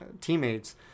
teammates